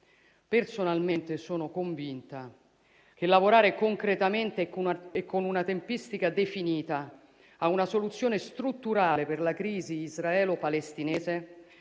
Personalmente sono convinta che lavorare concretamente e con una tempistica definita a una soluzione strutturale per la crisi israelo-palestinese